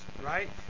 right